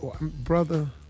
brother